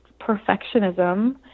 perfectionism